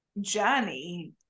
journey